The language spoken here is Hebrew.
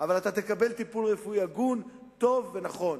אבל תקבל טיפול רפואי הגון, טוב ונכון.